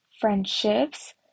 friendships